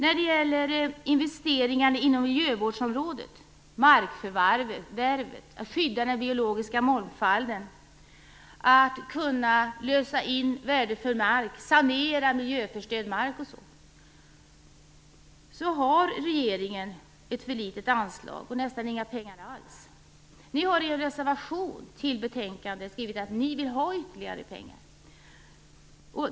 När det gäller investeringar inom miljövårdsområdet, markförvärvet, skyddet av den biologiska mångfalden, möjligheten att lösa in värdefull mark, sanera miljöförstörd mark m.m. har regeringen ett för litet anslag. Dit går nästan inga pengar alls. Centerpartiet har i sin reservation till betänkandet skrivit att man vill ha ytterligare pengar.